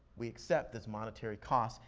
we accept this monetary cost,